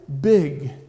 big